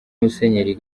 musenyeri